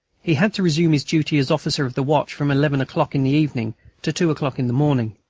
he had to resume his duty as officer of the watch from eleven o'clock in the evening to two o'clock in the morning.